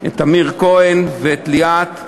את טמיר כהן, ואת ליאת.